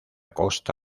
costa